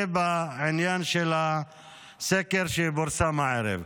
זה בעניין של הסקר שפורסם הערב.